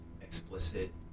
explicit